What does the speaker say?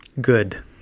Good